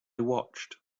watched